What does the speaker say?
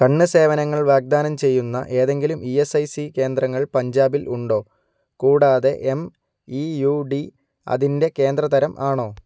കണ്ണ് സേവനങ്ങൾ വാഗ്ദാനം ചെയ്യുന്ന ഏതെങ്കിലും ഈ എസ് ഐ സി കേന്ദ്രങ്ങൾ പഞ്ചാബിൽ ഉണ്ടോ കൂടാതെ എം ഇ യു ഡി അതിന്റെ കേന്ദ്ര തരം ആണോ